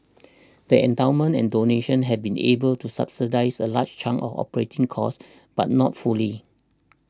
the endowments and donations have been able to subsidise a large chunk operating costs but not fully